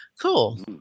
cool